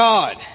God